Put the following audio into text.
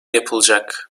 yapılacak